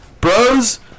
Bros